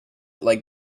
like